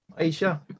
Aisha